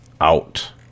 out